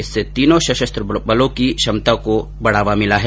इससे तीनों सशस्त्र बलों की क्षमता को और बढावा मिलेगा